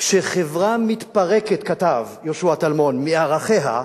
כשחברה מתפרקת, כתב יהושע טלמון, מערכיה,